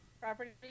Property